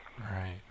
Right